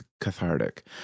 cathartic